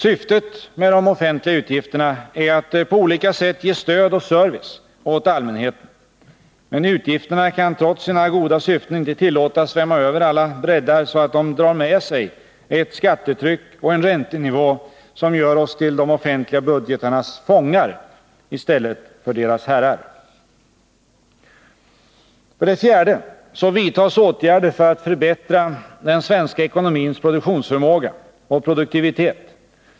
Syftet med de offentliga utgifterna är att på olika sätt ge stöd och service åt allmänheten, men utgifterna kan trots sina goda syften inte tillåtas svämma över alla bräddar, så att de drar med sig ett skattetryck och en räntenivå som gör oss till de offentliga budgetarnas fångar i stället för till deras herrar. För det fjärde vidtas åtgärder för att förbättra den svenska ekonomins produktionsförmåga och produktivitet.